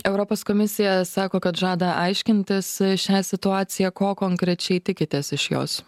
europos komisija sako kad žada aiškintis šią situaciją ko konkrečiai tikitės iš jos